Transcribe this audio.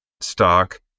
stock